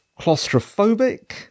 claustrophobic